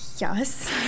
Yes